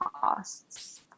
costs